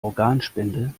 organspende